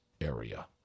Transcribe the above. area